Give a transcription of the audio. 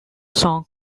song